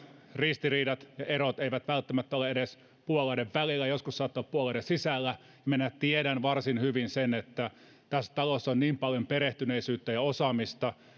ristiriidat ja erot eivät välttämättä ole edes puolueiden välillä joskus ne saattavat olla puolueiden sisällä ja tiedän varsin hyvin että tässä talossa on paljon perehtyneisyyttä ja osaamista ja